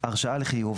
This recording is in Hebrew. "הרשאה לחיוב",